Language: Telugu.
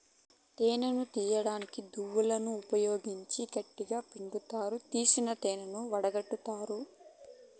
తేనెను తీయడానికి దువ్వెనలను ఉపయోగించి గట్టిగ పిండుతారు, తీసిన తేనెను వడగట్టుతారు